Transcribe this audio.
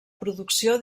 producció